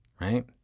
right